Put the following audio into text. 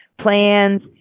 plans